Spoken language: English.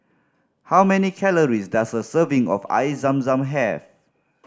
how many calories does a serving of Air Zam Zam have